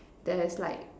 that has like